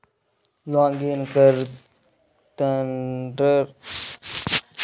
login करानंतर debit card न button दाबान, मंग पुढे हॉटलिस्ट डेबिट कार्डन बटन दाबान